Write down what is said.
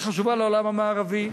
היא חשובה לעולם המערבי,